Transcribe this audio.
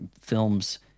films